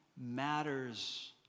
matters